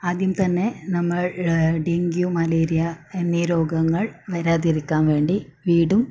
ആദ്യം തന്നെ നമ്മൾ ഡെങ്കി മലേറിയ എന്നീ രോഗങ്ങൾ വരാതിരിക്കാൻ വേണ്ടി വീടും